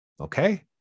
okay